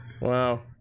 wow